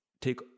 take